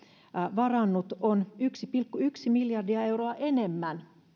varannut on yksi pilkku yksi miljardia euroa enemmän